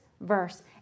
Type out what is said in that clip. verse